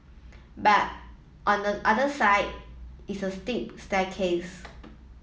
but on the other side is a steep staircase